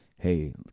hey